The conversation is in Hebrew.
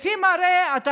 לפי המראה, אתה